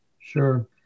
Sure